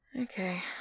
Okay